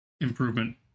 improvement